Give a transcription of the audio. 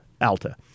Alta